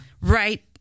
right